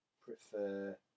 prefer